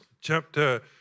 Chapter